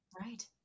Right